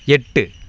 எட்டு